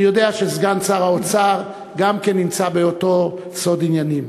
אני יודע שסגן שר האוצר גם כן נמצא באותו סוד עניינים.